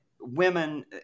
women